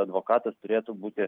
advokatas turėtų būti